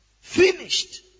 finished